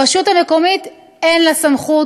ברשות המקומית אין לה סמכות,